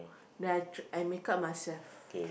then I try I makeup myself